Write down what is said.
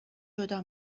جدا